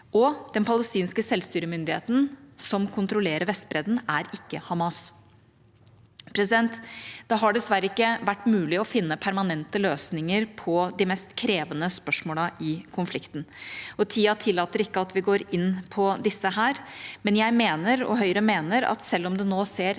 og den palestinske selvstyremyndigheten som kontrollerer Vestbredden, er ikke Hamas. Det har dessverre ikke vært mulig å finne permanente løsninger på de mest krevende spørsmålene i konflikten, og tida tillater ikke at vi går inn på disse her. Likevel mener både jeg og Høyre at selv om det nå ser mørkt